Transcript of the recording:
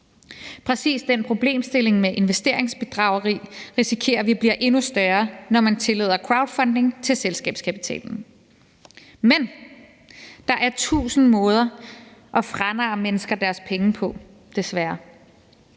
Præcis den problemstilling med investeringsbedrageri risikerer vi bliver endnu større, når man tillader crowdfunding til selskabskapitalen, men der er desværre tusind måder at franarre mennesker deres penge på.